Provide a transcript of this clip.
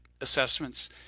assessments